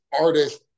artist